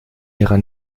ihrer